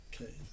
Okay